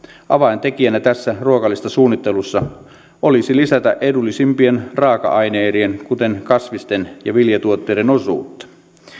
avaintekijänä tässä ruokalistasuunnittelussa olisi lisätä edullisimpien raaka aineiden kuten kasvisten ja viljatuotteiden osuutta